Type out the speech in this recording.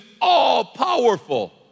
all-powerful